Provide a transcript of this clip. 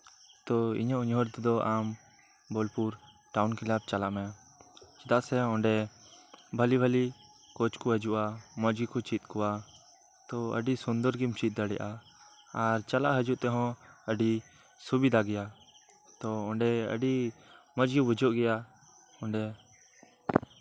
ᱛᱚ ᱤᱧᱟᱹᱜ ᱩᱭᱦᱟᱹᱨ ᱛᱮᱫᱚ ᱟᱢ ᱵᱳᱞᱯᱩᱨ ᱴᱟᱣᱩᱱ ᱠᱞᱟᱵ ᱪᱟᱞᱟᱜ ᱢᱮ ᱪᱮᱫᱟᱜ ᱥᱮ ᱚᱸᱰᱮ ᱵᱷᱟᱞᱤᱼᱵᱷᱟᱞᱤ ᱠᱳᱪ ᱠᱚ ᱦᱤᱡᱩᱜᱼᱟ ᱢᱚᱸᱡ ᱜᱮᱠᱚ ᱪᱮᱫ ᱟᱠᱚᱣᱟ ᱛᱚ ᱟᱹᱰᱤ ᱥᱩᱱᱫᱚᱨ ᱜᱮᱢ ᱪᱮᱫ ᱫᱟᱲᱮᱭᱟᱜᱼᱟ ᱟᱨ ᱪᱟᱞᱟᱜ ᱦᱤᱡᱩᱜ ᱛᱮᱦᱚᱸ ᱟᱹᱰᱤ ᱥᱩᱵᱤᱫᱷᱟ ᱜᱮᱭᱟ ᱛᱚ ᱚᱸᱰᱮ ᱟᱹᱰᱤ ᱢᱚᱸᱡᱽ ᱜᱮ ᱵᱩᱡᱷᱟᱹᱜ ᱜᱮᱭᱟ ᱚᱸᱰᱮ